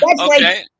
Okay